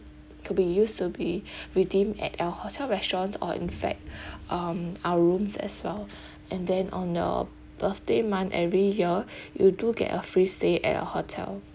could be used to be redeemed at our hotel restaurants or in fact um our rooms as well and then on your birthday month every year you do get a free stay at our hotel